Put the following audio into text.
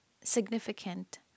significant